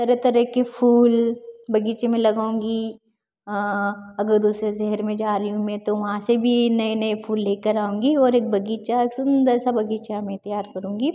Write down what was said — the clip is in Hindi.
तरह तरह के फूल बगीचे में लगाऊँगी अगर दूसरे शहर में जा रही हूँ मैं तो वहाँ से भी नए नए फूल लेकर आऊँगी और एक बगीचा सुन्दर सा बगीचा मैं तैयार करूँगी